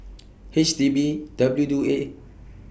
H D B W Do A